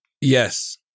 Yes